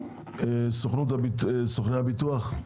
סוכני הביטוח,